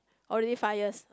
already five years